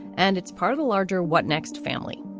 and it's part of a larger what next family.